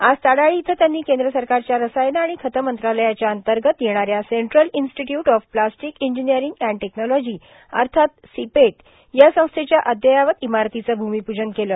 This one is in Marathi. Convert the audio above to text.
आज ताडाळी इथं यांनी कद्र सरकारच्या रसायने आर्मण खते मंत्रालयाच्या अंतगत येणाऱ्या central institute of plastic engineering and technology अथात र्मिपेट या संस्थेच्या अद्ययावत इमारतीचे भूर्ममपूजन केलं